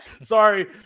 sorry